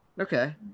Okay